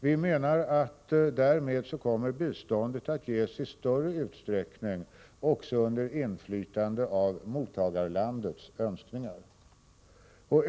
Vi menar att biståndet därmed kommer att ges i större utsträckning också under inflytande av mottagarlandets önskningar.